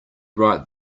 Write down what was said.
right